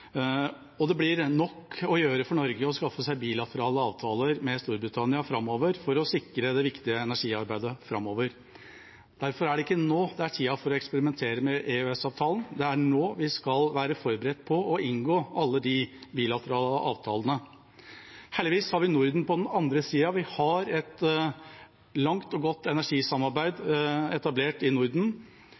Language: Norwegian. og det blir nok å gjøre for Norge med å skaffe seg bilaterale avtaler med Storbritannia for å sikre det viktige energisamarbeidet framover. Derfor er ikke tiden for å eksperimentere med EØS-avtalen nå, det er nå vi skal være forberedt på å inngå alle de bilaterale avtalene. Heldigvis har vi Norden på den andre siden, vi har et langt og godt energisamarbeid etablert i Norden.